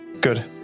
Good